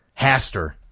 Haster